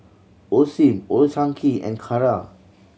Osim Old Chang Kee and Kara